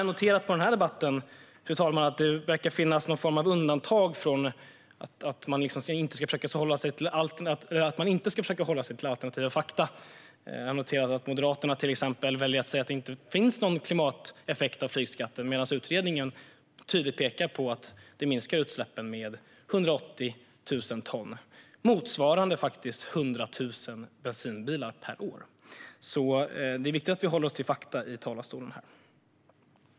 Jag har noterat av debatten att det verkar finnas någon form av undantag från att man inte ska försöka hålla sig till altnativa fakta. Jag noterar att till exempel Moderaterna väljer att säga att det inte finns någon klimateffekt av flygskatten medan utredningen tydligt pekar på att utsläppen minskar med 180 000 ton. Det är motsvarande 100 000 bensinbilar per år. Det är viktigt att vi håller oss till fakta i talarstolen.